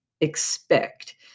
expect